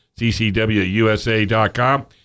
CCWUSA.com